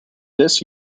this